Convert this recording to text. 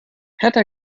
hertha